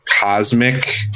cosmic